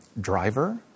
driver